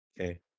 Okay